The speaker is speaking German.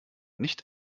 nicht